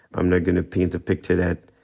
i'm not gonna paint a picture that,